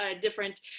different